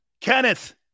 Kenneth